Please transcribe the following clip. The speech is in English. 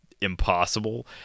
impossible